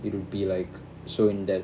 it'll be like so in depth